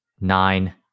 nine